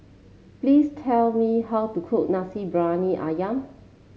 please tell me how to cook Nasi Briyani ayam